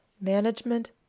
management